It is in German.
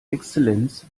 exzellenz